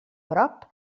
prop